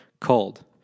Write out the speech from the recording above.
called